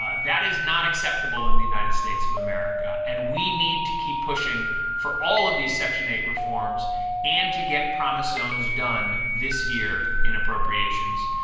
ah that is not acceptable in the united states of america. and we need to keep pushing for all of these section eight reforms and to get promise zones done this year in appropriations.